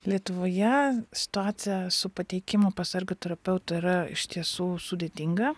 lietuvoje situacija su pateikimu pas ergoterapeutą yra iš tiesų sudėtinga